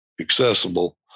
accessible